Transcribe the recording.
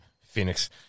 Phoenix